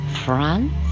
France